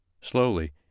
Slowly